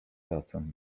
tacę